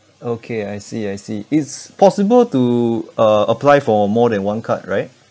okay I see I see it's possible to uh apply for more than one card right